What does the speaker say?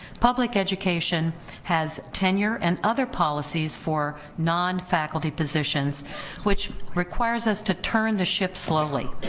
public education has tenure and other policies for non faculty positions which requires us to turn the ship slowly.